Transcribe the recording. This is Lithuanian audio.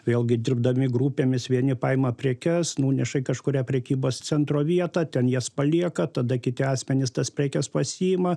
vėlgi dirbdami grupėmis vieni paima prekes nuneša į kažkurią prekybos centro vietą ten jas palieka tada kiti asmenys tas prekes pasiima